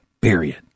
period